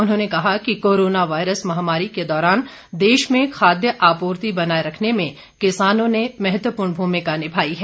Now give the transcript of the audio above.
उन्होंने कहा कि कोरोना वायरस महामारी के दौरान देश में खाद्य आपूर्ति बनाये रखने में किसानों ने महत्वपूर्ण भूमिका निभाई है